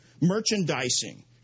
merchandising